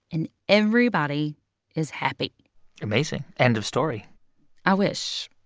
and everybody is happy amazing end of story i wish.